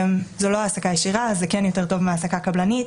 זו לא העסקה ישירה אבל זה כן יותר טוב מהעסקה קבלנית.